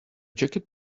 jacket